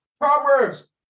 Proverbs